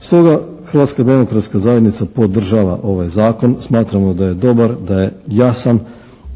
Stoga, Hrvatska demokratska zajednica podržava ovaj Zakon. Smatramo da je dobar, da je jasan